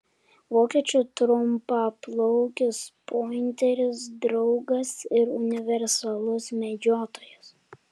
vokiečių trumpaplaukis pointeris draugas ir universalus medžiotojas